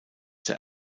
der